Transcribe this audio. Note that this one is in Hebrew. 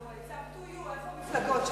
It’s up to you, איפה המפלגות שלכם?